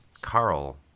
Carl